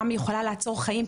כמה היא יכולה לעצור חיים,